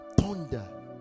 thunder